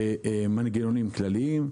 מנגנונים כלליים,